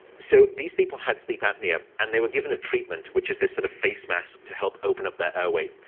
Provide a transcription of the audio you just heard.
so these people had sleep apnea, and they were given a treatment, which is this sort of face mask to help open up their airway.